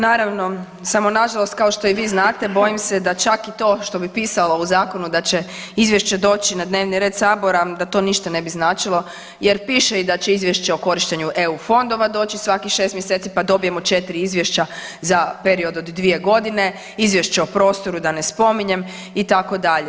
Naravno, samo nažalost kao što i vi znate bojim se da čak i to što bi pisalo u zakonu da će izvješće doći na dnevni red sabora da to ništa ne bi značilo jer piše i da će izvješće o korištenju eu fondova doći svakih 6 mjeseci, pa dobijemo 4 izvješća za period od 2.g., izvješće o prostoru da ne spominjem itd.